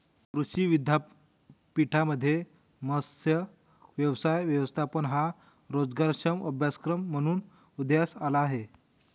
कृषी विद्यापीठांमध्ये मत्स्य व्यवसाय व्यवस्थापन हा रोजगारक्षम अभ्यासक्रम म्हणून उदयास आला आहे